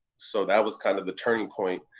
so that was kind of the turning point.